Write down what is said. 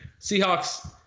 Seahawks